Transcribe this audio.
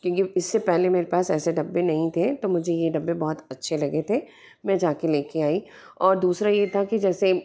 क्योंकि इस से पहले मेरे पास ऐसे डब्बे नहीं थे तो मुझे ये डब्बे बहुत अच्छे लगे थे मैं जा के ले कर आई और दूसरा यह था कि जैसे